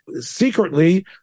secretly